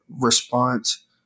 response